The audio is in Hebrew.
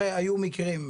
הרי היו מקרים,